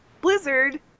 Blizzard